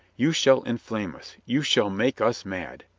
you shall enflame us, you shall make us mad.